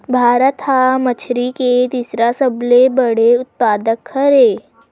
भारत हा मछरी के तीसरा सबले बड़े उत्पादक हरे